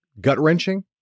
gut-wrenching